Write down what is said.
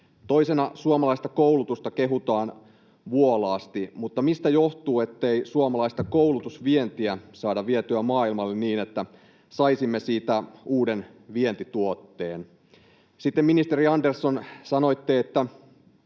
Toisena, suomalaista koulutusta kehutaan vuolaasti, mutta mistä johtuu, ettei suomalaista koulutusta saada vietyä maailmalle niin, että saisimme siitä uuden vientituotteen? Sitten, ministeri Andersson, sanoitte, että